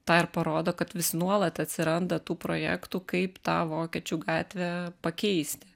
tą ir parodo kad vis nuolat atsiranda tų projektų kaip tą vokiečių gatvę pakeisti